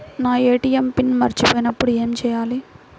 నా ATM PIN మరచిపోయినప్పుడు ఏమి చేయాలి?